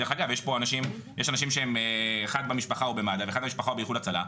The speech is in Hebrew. דרך אגב יש אנשים שאחד במשפחה הוא במד"א ואחד מהמשפחה באיחוד הצלה,